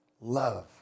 love